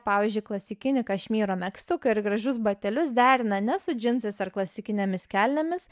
pavyzdžiui klasikinį kašmyro megztuką ir gražius batelius derina ne su džinsais ar klasikinėmis kelnėmis